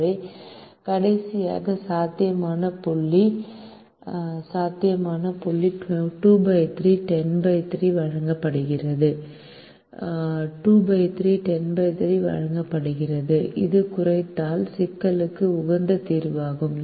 எனவே கடைசியாக சாத்தியமான புள்ளி 23 103 வழங்கப்படுகிறது 23 103 வழங்கப்படுகிறது இது குறைத்தல் சிக்கலுக்கு உகந்த தீர்வாகும்